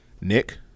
Nick